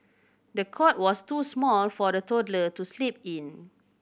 the cot was too small for the toddler to sleep in